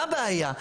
מה הבעיה?